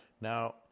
Now